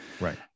Right